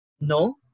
No